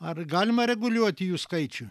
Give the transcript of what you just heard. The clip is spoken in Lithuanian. ar galima reguliuoti jų skaičių